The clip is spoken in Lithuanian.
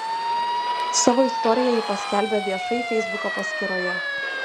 savo istoriją ji paskelbė viešai feisbuko paskyroje